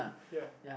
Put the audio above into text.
ya